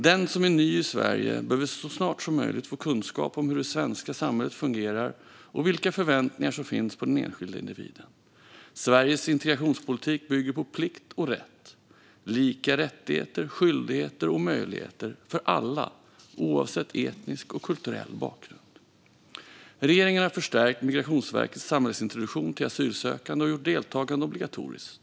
Den som är ny i Sverige behöver så snart som möjligt få kunskap om hur det svenska samhället fungerar och vilka förväntningar som finns på den enskilda individen. Sveriges integrationspolitik bygger på plikt och rätt - lika rättigheter, skyldigheter och möjligheter för alla, oavsett etnisk och kulturell bakgrund. Regeringen har förstärkt Migrationsverkets samhällsintroduktion till asylsökande och gjort deltagandet obligatoriskt.